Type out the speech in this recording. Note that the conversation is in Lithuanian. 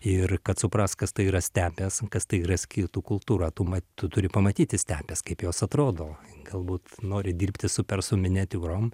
ir kad suprast kas tai yra stepės kas tai yra skitų kultūra tuo tu turi pamatyt stepės kaip jos atrodo galbūt nori dirbti su persų miniatiūrom